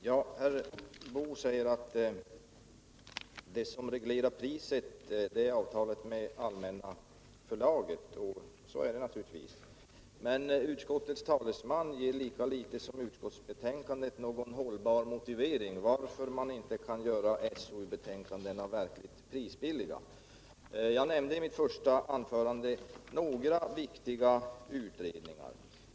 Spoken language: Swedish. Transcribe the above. Herr talman! Herr Boo säger att det som reglerar priset är avtalet med Allmänna Förlaget, och så är det naturligtvis. Men utskottets talesman ger lika litet som utskottsbetänkandet någon hållbar motivering till att man inte kan göra SOU-betänkandena verkligt prisbilliga. Jag nämnde i mitt första anförande några viktiga utredningar.